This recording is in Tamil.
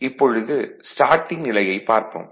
இப்பொழுது ஸ்டார்ட்டிங் நிலையைப் பார்ப்போம்